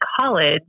college